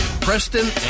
Preston